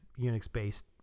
Unix-based